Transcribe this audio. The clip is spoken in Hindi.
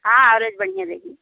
हाँ एवरेज बढ़िया देगी